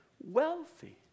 wealthy